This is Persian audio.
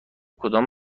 کدام